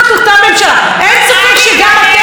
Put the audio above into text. אין ספק שגם אתם מתחזקים,